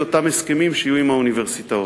אותם הסכמים שיהיו עם האוניברסיטאות.